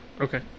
Okay